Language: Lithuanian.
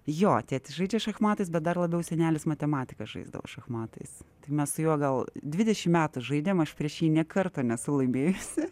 jo tėtis žaidžia šachmatais bet dar labiau senelis matematikas žaisdavo šachmatais tai mes su juo gal dvidešim metų žaidėm aš prieš jį nė kartą nesu laimėjusi